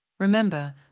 Remember